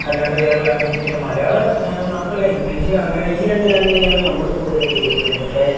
അല്ലാണ്ട് വേറെ ലാംഗ്വേജ് പിന്നെ മലയാളം മാത്രമല്ല ഇംഗ്ലീഷ് അങ്ങനെ ഈ രണ്ടു ലാംഗ്വേജാണ് നമ്മൾ കൂടുതലായിട്ട് യൂസ് ചെയ്യുന്നത് പക്ഷേ